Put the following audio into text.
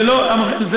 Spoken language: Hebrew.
זה לא קרה,